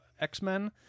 X-Men